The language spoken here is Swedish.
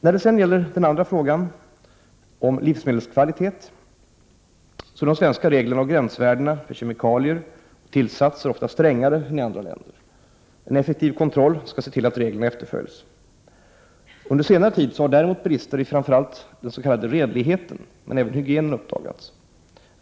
När det gäller livsmedelskvalitet är de svenska reglerna och gränsvärdena för kemikalier och tillsatser ofta strängare än i andra länder. En effektiv kontroll skall se till att reglerna efterföljs. Under senare tid har däremot brister i framför allt redligheten, men även i hygienen, uppdagats.